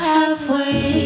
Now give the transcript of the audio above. Halfway